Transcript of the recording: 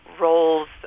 roles